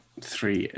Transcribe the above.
three